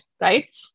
right